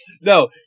No